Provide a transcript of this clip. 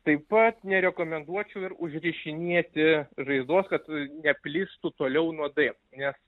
taip pat nerekomenduočiau ir užrišinėti žaizdos kad neplistų toliau nuodai nes